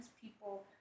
people